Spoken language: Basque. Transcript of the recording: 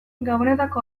gabonetako